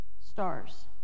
stars